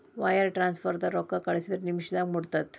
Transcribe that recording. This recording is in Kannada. ವೈರ್ ಟ್ರಾನ್ಸ್ಫರ್ದಾಗ ರೊಕ್ಕಾ ಕಳಸಿದ್ರ ನಿಮಿಷದಾಗ ಮುಟ್ಟತ್ತ